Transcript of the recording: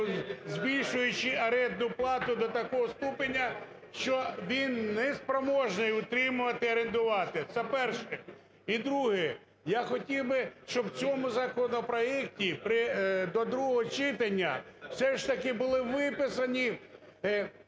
збільшуючи орендну плату до такого ступеня, що він не спроможний утримувати і орендувати. Це перше. І друге. Я хотів би, щоб в цьому законопроекті до другого читання все ж таки були виписані